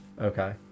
Okay